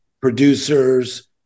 producers